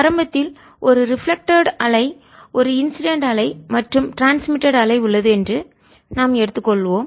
ஆரம்பத்தில் ஒரு ரிஃப்ளெக்ட்டட் பிரதிபலித்த அலை ஒரு இன்சிடென்ட் அலை மற்றும் ட்ரான்ஸ்மிட்டட் பரவும் அலை உள்ளது என்று நாம் எடுத்துக் கொள்வோம்